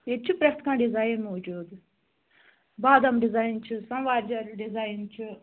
ییٚتہِ چھُ پرٛٮ۪تھ کانٛہہ ڈِزایِن موٗجوٗد بادام ڈِزایِن چھُ سَموار جار ڈِزایِن چھُ